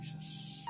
Jesus